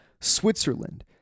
Switzerland